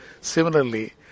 Similarly